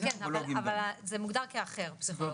אבל זה מוגדר כאחר.